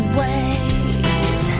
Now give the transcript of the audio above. ways